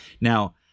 Now